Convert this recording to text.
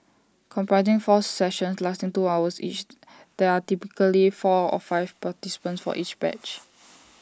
comprising four sessions lasting two hours each there are typically four or five participants for each batch